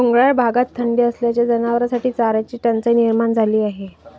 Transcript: डोंगराळ भागात थंडी असल्याने जनावरांसाठी चाऱ्याची टंचाई निर्माण झाली आहे